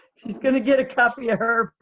she's going to get a copy of her